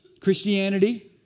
Christianity